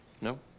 No